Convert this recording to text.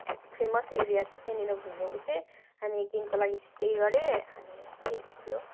famous area छ त्यहाँनिर घुम्न गएको थिएँ हामी एक दिनको लागि स्टे गरेँ अनि त्यति थियो